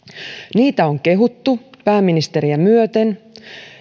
niitä on kehuttu pääministeriä myöten